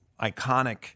iconic